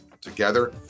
together